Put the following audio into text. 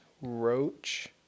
roach